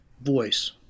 voice